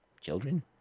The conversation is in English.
children